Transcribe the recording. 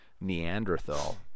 Neanderthal